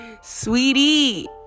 Sweetie